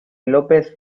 lope